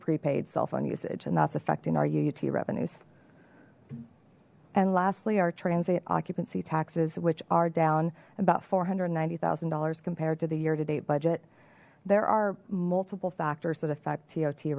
prepaid cell phone usage and that's affecting our uut revenues and lastly our transit occupancy taxes which are down about four hundred ninety thousand dollars compared to the year to date budget there are multiple factors that affect